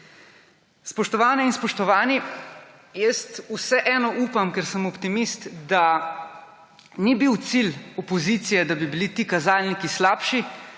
Spoštovane in spoštovani, jaz vseeno upam, ker sem optimist, da ni bil cilj opozicije, da bi bili ti kazalniki slabši,